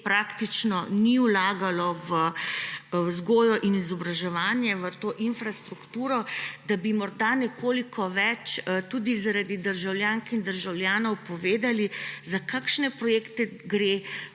praktično ni vlagalo v vzgojo in izobraževanje, v to infrastrukturo, da bi morda nekoliko več tudi zaradi državljank in državljanov povedali. Zanima me: Za kakšne projekte gre